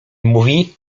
mówi